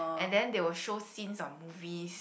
and then they will show scenes of movies